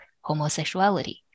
homosexuality